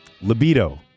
libido